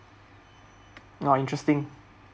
uh interesting